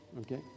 Okay